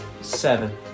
Seven